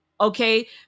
okay